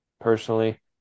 personally